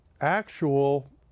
actual